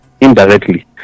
indirectly